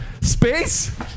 Space